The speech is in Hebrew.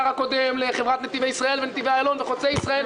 מדובר ב-168 מיליון שקלים בהרשאה לחיוב שאצה הדרך לאשר אותם עכשיו.